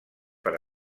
per